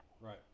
Right